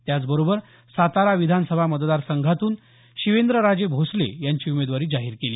त्याचबरोबर सातारा विधानसभा मतदार संघातून शिवेंद्रराजे भोसले यांची उमेदवारी जाहीर केली